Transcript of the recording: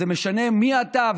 זה משנה מי אתה,